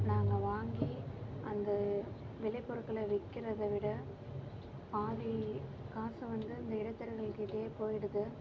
நாங்கள் வாங்கி அந்த விளைபொருட்களை விற்கிறத விட பாதி காசு வந்து அந்த இடைத்தரகர்கள்கிட்டயே போயிடுது